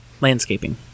landscaping